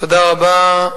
תודה רבה,